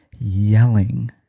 Yelling